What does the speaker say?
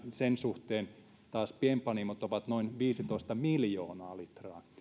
sen suhteen pienpanimot ovat noin viisitoista miljoonaa litraa